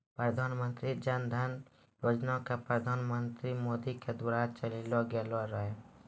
प्रधानमन्त्री जन धन योजना के प्रधानमन्त्री मोदी के द्वारा चलैलो गेलो रहै